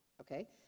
Okay